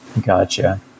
Gotcha